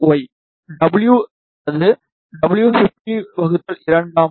W அது w50 2 ஆம்